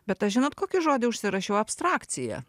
bet aš žinot kokį žodį užsirašiau abstrakcija